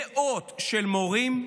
מאות של מורים,